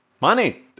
money